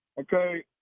Okay